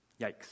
Yikes